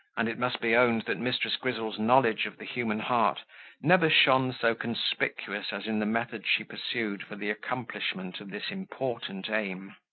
and it must be owned that mrs. grizzle's knowledge of the human heart never shone so conspicuous as in the methods she pursued for the accomplishment of this important aim.